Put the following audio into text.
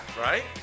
right